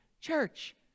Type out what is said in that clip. Church